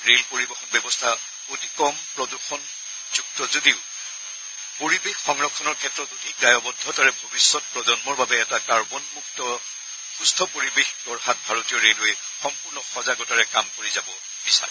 rail পৰিবহন ব্যৱস্থা অতি কম প্ৰদূষণযুক্ত যদিও পৰিৱেশ সংৰক্ষণৰ ক্ষেত্ৰত অধিক দায়বদ্ধতাৰে ভৱিষ্যৎ প্ৰজন্মৰ বাবে এটা কাৰ্বনমুক্ত সুস্থ পৰিৱেশ গঢ়াত ভাৰতীয় ৰে লৱেই সম্পূৰ্ণ সজাগতাৰে কাম কৰি যাব বিচাৰে